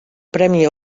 premi